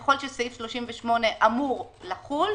ככל שסעיף 38 אמור לחול,